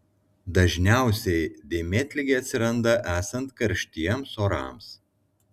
dažniausiai dėmėtligė atsiranda esant karštiems orams